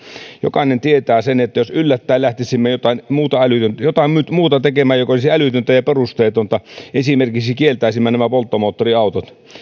jokainen tietää sen että jos yllättäen lähtisimme jotain muuta tekemään joka olisi älytöntä ja perusteetonta esimerkiksi kieltäisimme nämä polttomoottoriautot niin